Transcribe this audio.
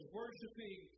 worshiping